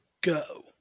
go